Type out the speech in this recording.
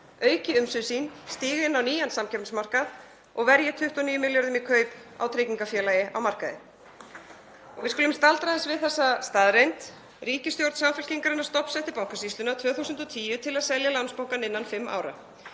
auki umsvif sín, stígi inn á nýjan samkeppnismarkað og verji 29 milljörðum í kaup á tryggingafélagi á markaði. Við skulum staldra aðeins við þessa staðreynd. Ríkisstjórn Samfylkingarinnar stofnsetti Bankasýsluna 2010 til að selja Landsbankann innan fimm ára.